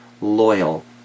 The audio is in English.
Loyal